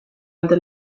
ante